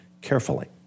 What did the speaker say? carefully